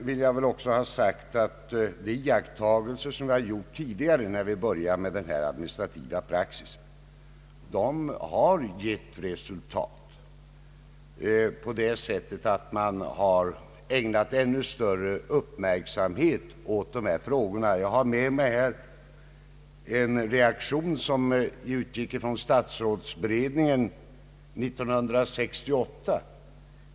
De påpekanden vi tidigare gjort, när vi började behandla frågan om administrativ praxis, har gett till resultat att man har ägnat ännu större uppmärksamhet åt dessa frågor. Jag har med mig en reaktion på detta från statsrådsberedningen år 1968.